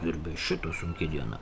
ir be šito sunki diena